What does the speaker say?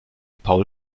paul